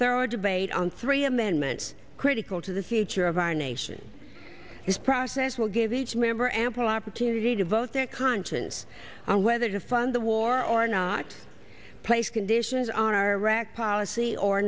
third debate on three amendments critical to the future of our nation this process will give each member ample opportunity to vote their conscience on whether to fund the war or not place conditions on our rock policy or